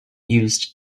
used